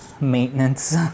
maintenance